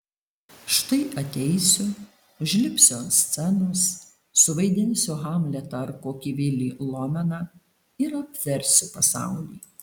štai ateisiu užlipsiu ant scenos suvaidinsiu hamletą ar kokį vilį lomeną ir apversiu pasaulį